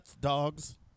dogs